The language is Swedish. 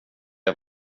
jag